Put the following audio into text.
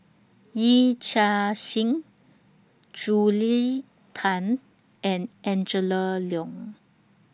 Yee Chia Hsing Julia Tan and Angela Liong